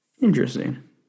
Interesting